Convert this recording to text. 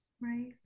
right